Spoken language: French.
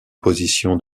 position